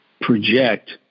project